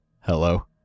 Hello